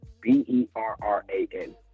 B-E-R-R-A-N